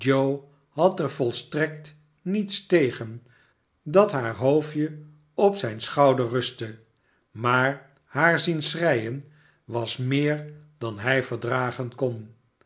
had er volstrekt niets tegen dat haar hoofdje op zijn schouder rustte maar haar zien schreien was meer dan hij verdragen kon